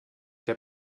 der